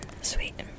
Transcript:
sweet